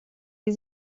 die